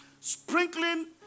sprinkling